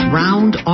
round